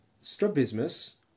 strabismus